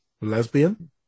Lesbian